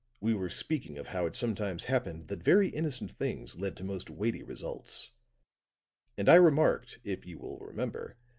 we were speaking of how it sometimes happened that very innocent things led to most weighty results and i remarked, if you will remember,